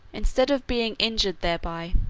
instead of being injured thereby,